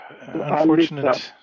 unfortunate